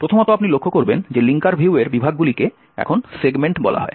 প্রথমত আপনি লক্ষ্য করবেন যে লিঙ্কার ভিউয়ের বিভাগগুলিকে এখন সেগমেন্ট বলা হয়